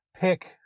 pick